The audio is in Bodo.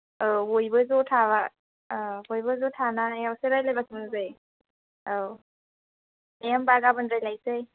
औ बयबो ज' थाब्ला औ बयबो ज' थानायावसो रायज्लायब्लासो मोजां जायो औ दे होमब्ला गाबोन रायज्लायसै